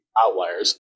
outliers